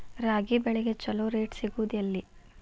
ರಾಗಿ ಬೆಳೆಗೆ ಛಲೋ ರೇಟ್ ಸಿಗುದ ಎಲ್ಲಿ?